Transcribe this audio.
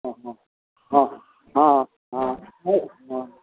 हँ हँ हँ हँ हँ हँ